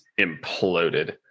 imploded